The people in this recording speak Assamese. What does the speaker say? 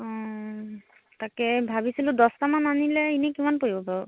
তাকে ভাবিছিলোঁ দছটামান আনিলে এনেই কিমান পৰিব বাৰু